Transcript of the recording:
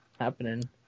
happening